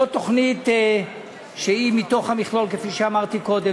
זאת תוכנית שהיא מתוך המכלול, כפי שאמרתי קודם.